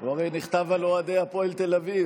הוא הרי נכתב על אוהדי הפועל תל אביב.